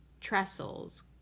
trestles